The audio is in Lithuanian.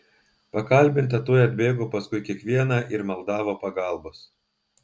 pakalbinta tuoj bėgo paskui kiekvieną ir maldavo pagalbos